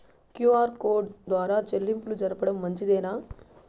QR code ద్వారా చెల్లింపులు జరపడం మంచిదేనా?